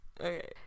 Okay